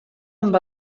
amb